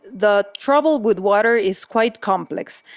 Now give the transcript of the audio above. the trouble with water is quite complex,